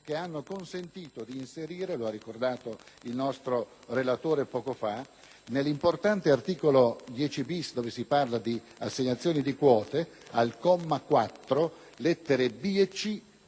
che hanno consentito di inserire - lo ha ricordato il relatore poco fa - nell'importante articolo 10-*bis*, dove si parla di assegnazione di quote, al comma 4, lettere *b)*